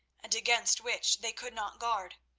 and against which they could not guard.